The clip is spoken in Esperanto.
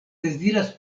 deziras